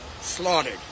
slaughtered